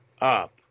up